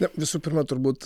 na visų pirma turbūt